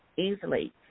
easily